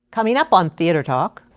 coming up on theater talk.